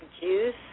Juice